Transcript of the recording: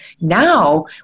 Now